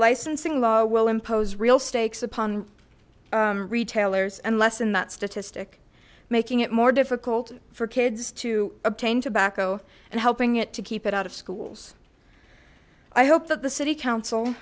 licensing law will impose real stakes upon retailers and lessen that statistic making it more difficult for kids to obtain tobacco and helping it to keep it out of schools i hope that the city council